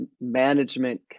management